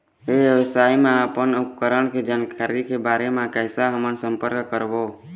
ई व्यवसाय मा अपन उपकरण के जानकारी के बारे मा कैसे हम संपर्क करवो?